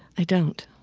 i don't.